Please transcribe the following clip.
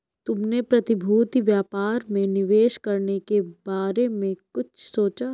तुमने प्रतिभूति व्यापार में निवेश करने के बारे में कुछ सोचा?